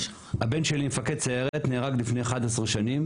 הבן שלי מפקד סיירת נהרג לפני 11 שנים